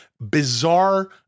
bizarre